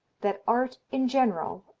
that art in general,